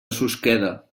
susqueda